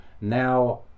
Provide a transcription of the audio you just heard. now